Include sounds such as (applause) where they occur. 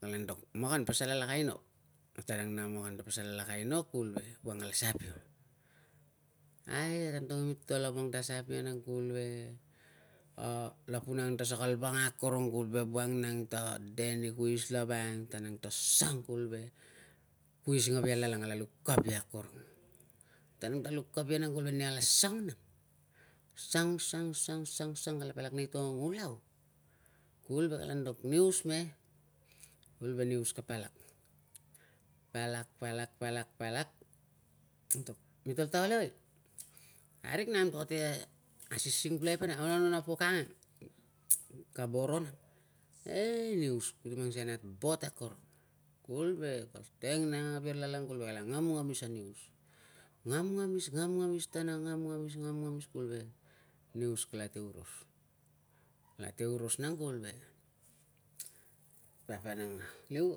Nala antok, makan, pasal alak aino. Tan ang nang, a makan kate pasal alak aino, kuvul ve woang kala sap ia. Ai, na antok imitol, a woang ka sap ia kuvul ve a lapun ang te sakalvanga akorong kul ve woang nang, ta de ni kuis lava ang tan ang ta sang kuvul ve kuis i ngavia ang kala luk kap ia akorong. Tan ang ka luk kap ia, kuvul ve nia kala sang nang. Sang, sang, sang, sang, sang, kala palak nei tongong ulau, kuvul ve kala antok, ningus me, kuvul ve ningus ka palak, palak, palak, palak, palak, (noise) mitol ta ol evoi? Parik nang, tol kate aising pulakai pana. Au ngone na po kang ang? Ka boro nang. E ningus, ku te mang sikei a nat bot akorong, kuvul ve ka teng nang a ngavia lalanul kuvul ve ka ngam ngamis na ningus. Ngamngamis, ngamngamis tana, ngamngamis, ngamngamis kuvul ve ningus kalate oros. Kalate oros nang kuvul ve papa nang kan liu,